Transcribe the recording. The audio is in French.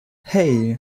hey